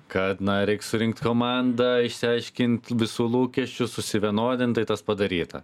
kad na reik surinkt komandą išsiaiškint visų lūkesčius susivienodint tai tas padaryta